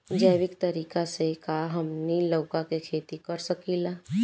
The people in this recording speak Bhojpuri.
जैविक तरीका से का हमनी लउका के खेती कर सकीला?